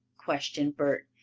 questioned bert.